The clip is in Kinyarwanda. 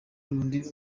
rundi